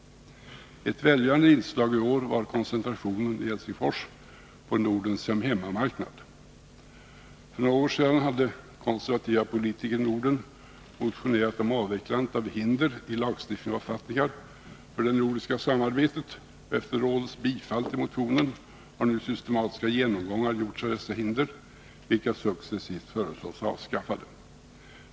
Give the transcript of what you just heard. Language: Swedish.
Ett välgörande inslag i år i Helsingfors var koncentrationen på Nordens hemmamarknad. För några år sedan hade konservativa politiker i Norden motionerat om avvecklandet av hinder i lagstiftning och författningar för samarbetet, och efter rådets bifall till motionen har nu systematiska genomgångar gjorts av dessa hinder, vilka successivt föreslås avskaffade.